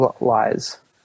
lies